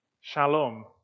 Shalom